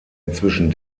inzwischen